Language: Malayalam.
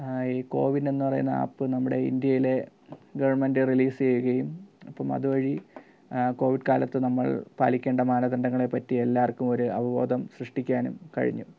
ഈ കോവിനെന്നു പറയുന്ന ആപ്പ് നമ്മുടെ ഇന്ത്യയിലെ ഗവണ്മെൻറ്റ് റീലീസ് ചെയ്യുകയും അപ്പം അതുവഴി കോവിഡ് കാലത്ത് നമ്മൾ പാലിക്കേണ്ട മാനദണ്ഡങ്ങളെപ്പറ്റിയെല്ലാവർക്കും ഒരു അവബോധം സൃഷ്ടിക്കാനും കഴിഞ്ഞു